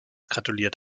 gratuliert